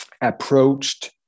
approached